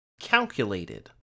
calculated